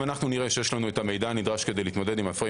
אם נראה שיש לנו המידע הנדרש כדי להתמודד עם הפריים